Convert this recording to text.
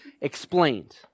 explained